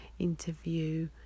interview